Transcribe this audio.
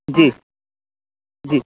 जी जी